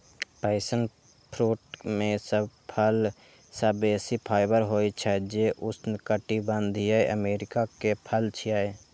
passion fruit मे सब फल सं बेसी फाइबर होइ छै, जे उष्णकटिबंधीय अमेरिका के फल छियै